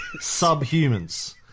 subhumans